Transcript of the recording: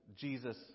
Jesus